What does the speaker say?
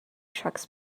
trucks